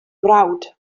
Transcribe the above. mrawd